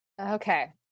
Okay